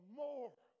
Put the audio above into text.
more